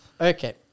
Okay